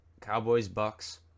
Cowboys-Bucks